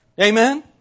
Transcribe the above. Amen